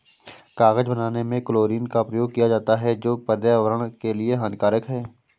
कागज बनाने में क्लोरीन का प्रयोग किया जाता है जो पर्यावरण के लिए हानिकारक है